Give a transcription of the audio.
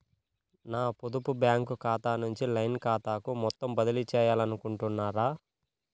నా పొదుపు బ్యాంకు ఖాతా నుంచి లైన్ ఖాతాకు మొత్తం బదిలీ చేయాలనుకుంటున్నారా?